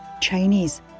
Chinese